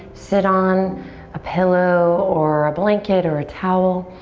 sit on a pillow or a blanket or a towel.